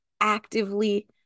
actively